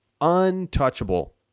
untouchable